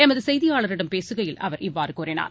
எமதுசெய்தியாளரிடம் பேசுகையில் அவர் இவ்வாறுகூறினார்